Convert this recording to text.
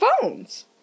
phones